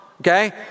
okay